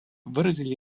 выразили